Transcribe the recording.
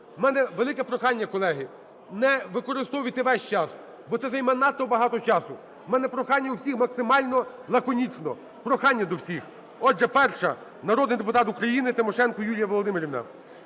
В мене велике прохання, колеги, не використовуйте весь час, бо це займе надто багато часу. В мене прохання усіх максимально лаконічно, прохання до всіх. Отже, перша народний депутат України Тимошенко Юлія Володимирівна.